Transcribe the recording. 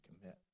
commit